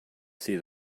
see